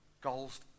goals